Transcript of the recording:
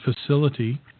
facility